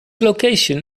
location